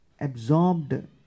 absorbed